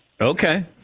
Okay